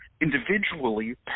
individually